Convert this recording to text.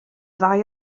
ddau